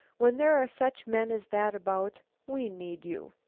when there are such men as that about, we need you.